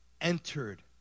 entered